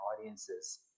audiences